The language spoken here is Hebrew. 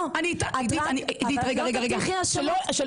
את לא תטיחי האשמות.